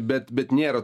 bet bet nėra